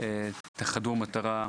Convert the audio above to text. אתה חדור מטרה,